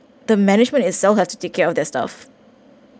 the management is still have to take care of their staff